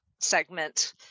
segment